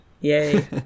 Yay